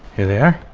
here they yeah